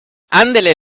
andele